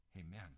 Amen